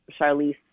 Charlize